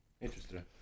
Interesting